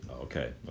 Okay